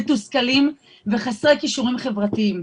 מתוסכלים וחסרי כישורים חברתיים.